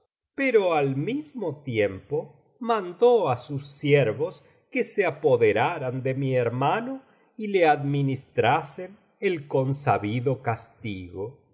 pero al mismo tiempo mandó á sus siervos que se apoderaran de mi hermano y le administrasen el consabido castigo